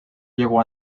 llegó